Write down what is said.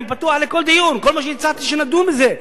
אני פתוח לכל דיון, כל מה שהצעתי, שנדון בזה.